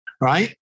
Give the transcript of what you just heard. right